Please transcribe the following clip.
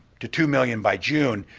to two million by june.